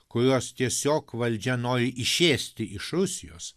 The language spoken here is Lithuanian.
kuriuos tiesiog valdžia nori išėsti iš rusijos